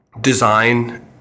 design